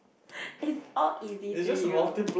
if all easy then you will